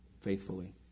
faithfully